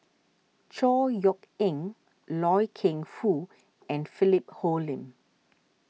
Chor Yeok Eng Loy Keng Foo and Philip Hoalim